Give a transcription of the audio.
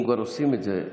אם כבר עושים את זה,